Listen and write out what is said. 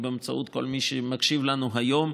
ובאמצעות כל מי שמקשיב לנו היום: